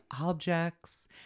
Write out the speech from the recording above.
objects